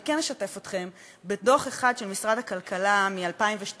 אני כן אשתף אתכם בדוח אחד של משרד הכלכלה מ-2012,